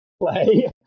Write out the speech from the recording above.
play